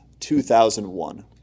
2001